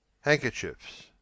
Handkerchiefs